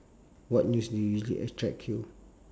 what news do you usually attract you